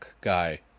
guy